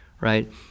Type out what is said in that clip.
right